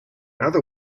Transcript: other